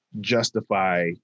justify